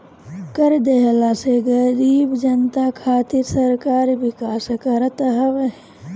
कर देहला से गरीब जनता खातिर सरकार विकास करत हवे